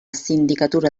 sindicatura